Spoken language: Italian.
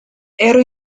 ero